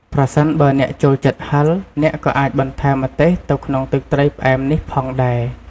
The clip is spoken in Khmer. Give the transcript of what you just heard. ប្រសិនបើអ្នកចូលចិត្តហឹរ អ្នកក៏អាចបន្ថែមម្ទេសទៅក្នុងទឹកត្រីផ្អែមនេះផងដែរ ។